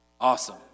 Awesome